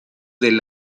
del